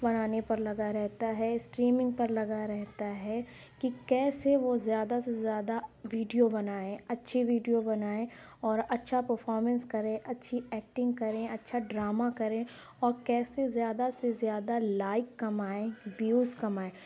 بنانے پر لگا رہتا ہے اسٹریمنگ پر لگا رہتا ہے کہ کیسے وہ زیادہ سے زیادہ ویڈیو بنائیں اچھے ویڈیو بنائیں اور اچھا پرفارمینس کریں اچھی ایکٹنگ کریں اچھا ڈرامہ کریں اور کیسے زیادہ سے زیادہ لائک کمائیں ویوز کمائیں